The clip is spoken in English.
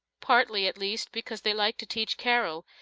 partly, at least, because they like to teach carol,